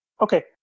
Okay